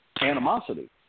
animosity